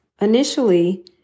Initially